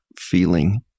feeling